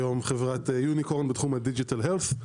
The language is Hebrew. היום חברת יוניקורן בתחום ה-Digital Health.